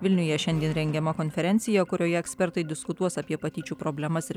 vilniuje šiandien rengiama konferencija kurioje ekspertai diskutuos apie patyčių problemas ir